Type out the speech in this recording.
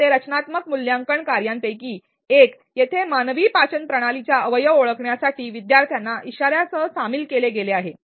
येथे रचनात्मक मूल्यांकन कार्यांपैकी एक येथे मानवी पाचक प्रणालीच्या अवयव ओळखण्यासाठी विद्यार्थ्यांना इशाऱ्यांसह सामील केले आहे